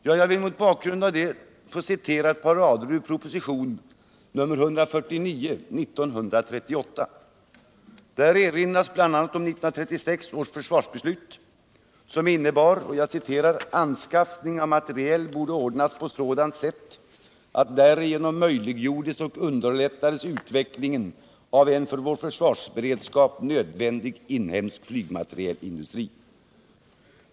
Jag vill mot bakgrund av detta citera ett par rader ur propositionen 149 år 1938. Där erinras bl.a. on 1936 års försvarsbeslut, som innebar att ”anskaffning av materiel borde ordnas på sådant sätt, att därigenom möjliggjordes och underlättades utvecklingen av en för vår försvarsberedskap nödvändig inhemsk flygmaterielindustri”.